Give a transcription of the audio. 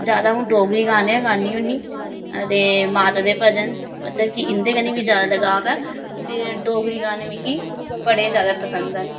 ज्यादा अ'ऊं डोगरी गाने गै गान्नी होन्नी ते माता दे भजन मतलब कि इं'दे कन्नै मि ज्यादा लगाव ऐ ते डोगरी गाने मिगी बड़े ज्यादा पसंद न